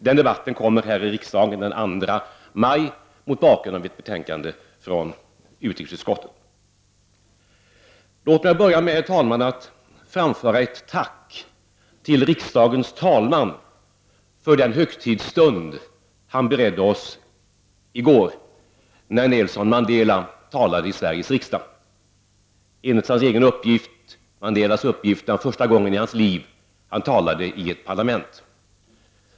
Den debatten skall vi föra här i kammaren den 2 maj mot bakgrund av ett betänkande från utrikesutskottet. Herr talman! Låt mig till att börja med framföra ett tack till riksdagens talman för den högtidsstund han beredde oss i går då Nelson Mandela talade i Sveriges riksdag. Enligt Mandelas egen uppgift var det första gången i hans liv som han talade i ett parlament.